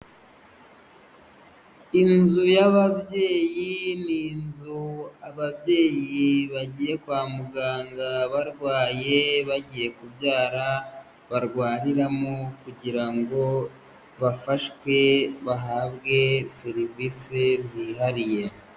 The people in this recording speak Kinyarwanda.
Inzu y'ababyeyi ni inzu ababyeyi bagiye kwa muganga barwaye bagiye kubyara barwariramo kugira ngo bafashwe bahabwe serivisi zihariye.